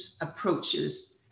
approaches